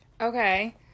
Okay